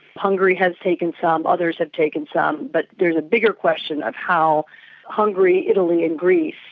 hungary has taken some, others have taken some, but there's a bigger question of how hungary, italy and greece,